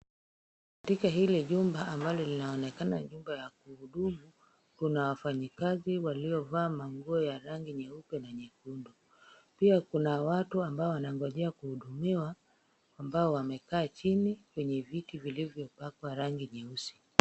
Katika hili jumba ambalo linaonekana nyumba ya kuhudumu, kuna wafanyikazi waliovaa manguo ya rangi nyeupe na nyekundu. Pia kuna watu ambao wanangojea kuhudumiwa ambao wamekaa chini kwenye viti vilivyopakwa rangi nyeusi.